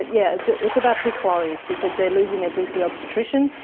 yeah it's so it's about to be closed because they're losing their gp obstetrician.